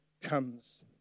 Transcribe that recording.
comes